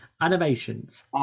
Animations